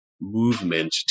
movement